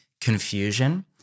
confusion